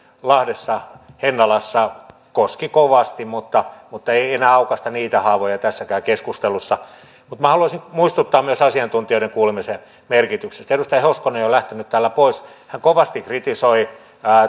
lahdessa hennalassa koski kovasti mutta mutta ei enää aukaista niitä haavoja tässäkään keskustelussa mutta minä haluaisin muistuttaa myös asiantuntijoiden kuulemisen merkityksestä edustaja hoskonen on jo lähtenyt täältä pois mutta hän kovasti tässä kritisoi